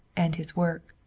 and his work.